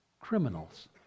criminals